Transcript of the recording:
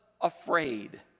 afraid